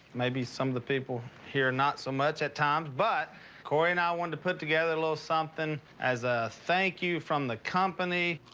maybe some of the people here not so much at times, but korie and i wanted to put together a little something as a thank-you from the company,